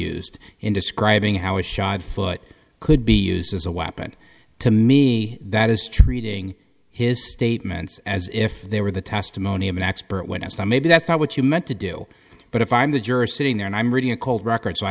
in describing how is shod foot could be used as a weapon to me that is treating his statements as if they were the testimony of an expert when asked and maybe that's not what you meant to do but if i'm the juror sitting there and i'm reading a cold record so i